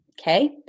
Okay